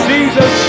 Jesus